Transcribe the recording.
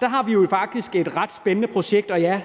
Der har vi jo faktisk et ret spændende projekt, og ja,